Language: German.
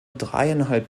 dreieinhalb